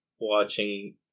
watching